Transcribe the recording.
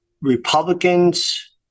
republicans